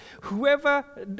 whoever